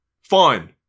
Fine